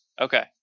Okay